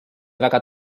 väga